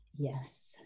Yes